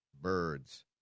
birds